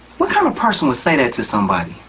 what kind of person would say that to somebody?